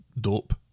dope